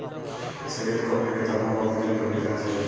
सैयद को अपने किताबों को अमेजन पर बेचना चाहिए